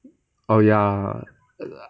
oh ya